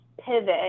pivot